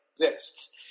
exists